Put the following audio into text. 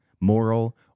moral